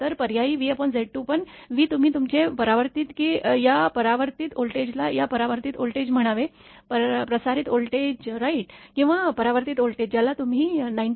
तर पर्यायी vZ2 पण v तुम्ही तुमचे परावर्तित की या परावर्तित व्होल्टेजला या परावर्तित व्होल्टेज म्हणावे प्रसारित व्होल्टेज राईट किंवा परावर्तित व्होल्टेज ज्याला तुम्ही 19